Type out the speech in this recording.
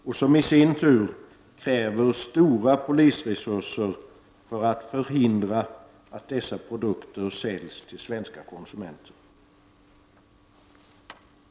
Detta kräver i sin tur stora polisresurser för att förhindra att dessa produkter säljs till svenska konsumenter.